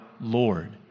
Lord